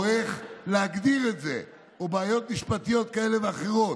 איך להגדיר את זה או בעיות משפטיות כאלה ואחרות,